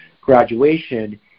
graduation